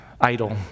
idol